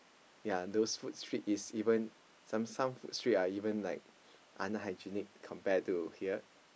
ya those food street some food street are unhygienic compared to here